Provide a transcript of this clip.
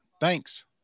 thanks